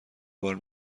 بار